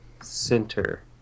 Center